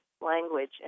language